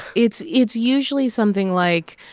it's it's usually something like,